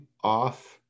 off